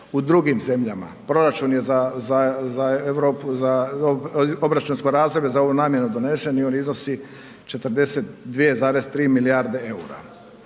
u drugim zemljama. Proračun je za obračunsko razdoblje za ovu namjenu donesen i on iznosi 42,3 milijarde eura.